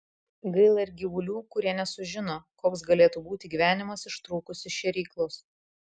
gaila ir gyvulių kurie nesužino koks galėtų būti gyvenimas ištrūkus iš šėryklos